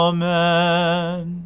Amen